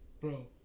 bro